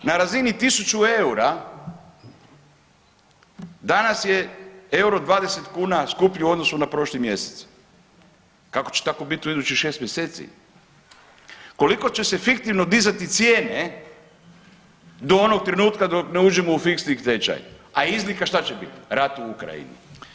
Na razini 1000 eura danas je euro 20 kuna skuplji u odnosu na prošli mjesec, kako će tako bit u idućih 6 mjeseci, koliko će se fiktivno dizati cijene do onog trenutka dok ne uđemo u fiksni tečaj, a izlika šta će bit, rat u Ukrajini.